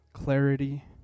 Clarity